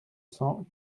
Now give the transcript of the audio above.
cent